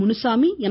Munusamy M